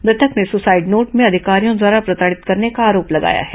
मृतक ने suicide note में अधिकारियों द्वारा प्रताड़ित करने का आरोप लगाया है